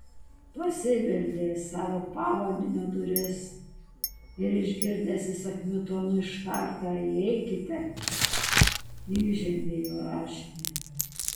pasibeldė į savo pavaldinio duris ir išgirdęs įsakmiu tonu ištartą įeikite įžengė į jo raštinę